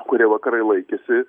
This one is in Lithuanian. kuria vakarai laikėsi